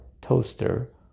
Toaster